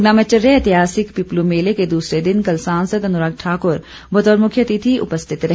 ऊना में चल रहे ऐतिहासिक पिपलू मेले के दूसरे दिन कल सांसद अनुराग ठाकुर बतौर मुख्य अतिथि उपस्थित रहे